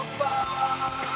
far